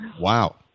Wow